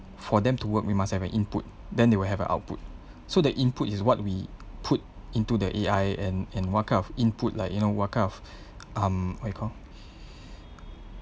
for them to work we must have an input then they will have a output so the input is what we put into the A_I and and what kind of input like you know what kind of um what you call